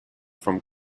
from